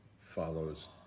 follows